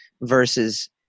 versus